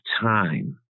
time